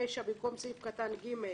ברישה: במקום "סעיף קטן (ג)",